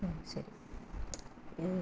ആ ശരി